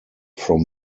from